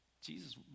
Jesus